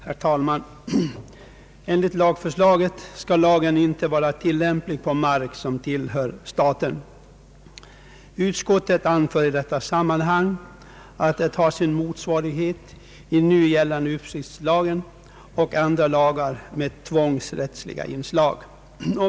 Herr talman! Enligt lagförslaget skall lagen inte vara tillämplig på mark som tillhör staten. Utskottet anför i detta sammanhang att det har sin motsvarighet i den nu gällande uppsiktslagen och andra lagar med tvångsrättsliga inslag.